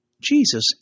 Jesus